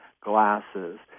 glasses